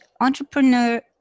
entrepreneur